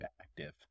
active